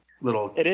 Little